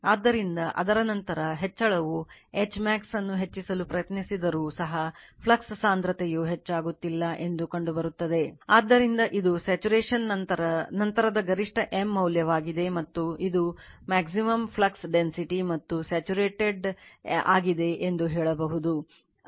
ಆದ್ದರಿಂದ ಅದರ ನಂತರ ಹೆಚ್ಚಳವು Hmax ಅನ್ನು ಹೆಚ್ಚಿಸಲು ಪ್ರಯತ್ನಿಸಿದರೂ ಸಹ ಫ್ಲಕ್ಸ್ ಸಾಂದ್ರತೆಯು ಹೆಚ್ಚಾಗುತ್ತಿಲ್ಲ ಎಂದು ಕಂಡುಕೊಳ್ಳುತ್ತದೆ ಆದ್ದರಿಂದ ಇದು ಸ್ಯಾಚುರೇಶನ್ ನಂತರದ ಗರಿಷ್ಠ m ಮೌಲ್ಯವಾಗಿದೆ ಮತ್ತು ಇದು maxi m flux density ಮತ್ತು ಸ್ಯಾಚುರೇಟೆಡ್ ಆಗಿದೆ ಎಂದು ಹೇಳಬಹುದು